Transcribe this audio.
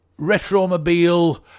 Retromobile